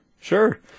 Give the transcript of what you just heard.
sure